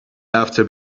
after